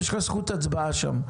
יש לך זכות הצבעה שם.